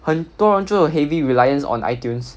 很多人只有 heavy reliance on itunes